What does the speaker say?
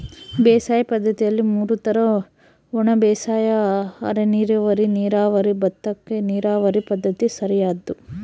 ಬೇಸಾಯ ಪದ್ದತಿಯಲ್ಲಿ ಮೂರು ತರ ಒಣಬೇಸಾಯ ಅರೆನೀರಾವರಿ ನೀರಾವರಿ ಭತ್ತಕ್ಕ ನೀರಾವರಿ ಪದ್ಧತಿ ಸರಿಯಾದ್ದು